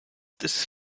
this